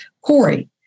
Corey